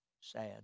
Sad